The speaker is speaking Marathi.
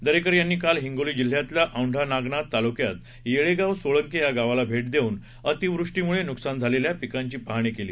दरेकर यांनी काल हिंगोली जिह्यातल्या औंढानागनाथ तालुक्यात येळेगाव सोळंके या गावाला भेट देऊन अतिवृष्टीमुळे नुकसान झालेल्या पिकांची पाहणी केली